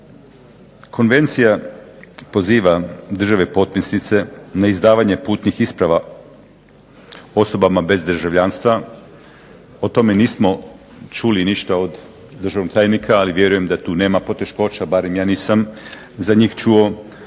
Konvencija poziva države potpisnice na izdavanje putnih isprava osobama bez državljanstva. O tome nismo čuli ništa od državnog tajnika, ali vjerujem da tu nema poteškoća, barem ja nisam za njih čuo.